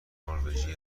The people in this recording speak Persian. نروژی